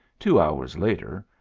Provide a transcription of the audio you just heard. two hours later,